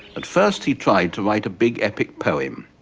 at first, he tried to write a big, epic poem.